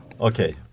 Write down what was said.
Okay